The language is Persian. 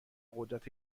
قدرت